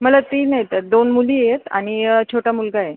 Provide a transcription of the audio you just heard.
मला तीन येतात दोन मुली आहेत आणि छोटा मुलगा आहे